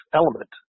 element